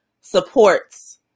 supports